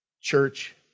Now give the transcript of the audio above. Church